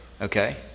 okay